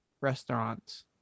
restaurants